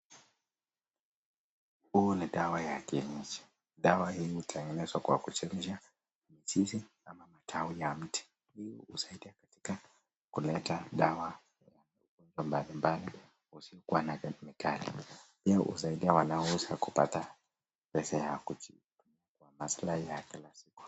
Huu ni dawa ya kienyeji. Dawa hii hutengenezwa kwa kuchanganya mizizi ama matawi ya mti. Hii husaidia katika kuleta dawa ya magonjwa mbalimbali yasiyokuwa na kemikali. Pia husaidia wanaouza kupata pesa ya kujipatia maslahi ya kila siku.